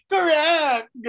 Correct